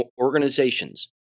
organizations